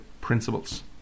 principles